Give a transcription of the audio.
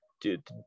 dude